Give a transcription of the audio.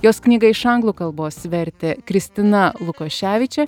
jos knygą iš anglų kalbos vertė kristina lukoševičė